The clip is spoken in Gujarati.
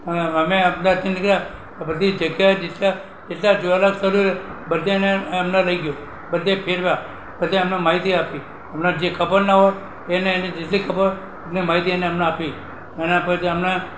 અને અમે અમદાવાદથી નીકળ્યા તો બધી જગ્યાએ જેટલાં જેટલાં જોવાલાયક સ્થળો હોય બધાંયને અમને લઈ ગયો બધે ફેરવ્યા બધે અમને માહિતી આપી અમને જે ખબર ન હોય એને એની જેટલી ખબર હોય અમને માહિતી એણે અમને આપી એના પછી અમને